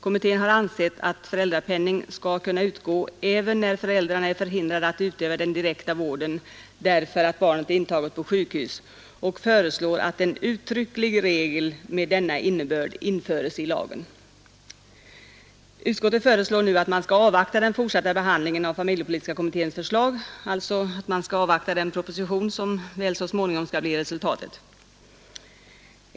Kommittén har ansett att föräldrapenning skall kunna utgå även när fi äildrarna är förhindrade att utöva den direkta vården, därför att barnet är intaget på sjukhus, och föreslår att en uttrycklig regel med denna innebörd införes i lagen. Utskottet föreslår nu att man skall avvakta den fortsatta behandlingen av familjepolitiska kommitténs förslag, dvs. man skall avvakta den proposition som väl så småningom skall bli resultatet.